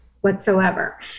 whatsoever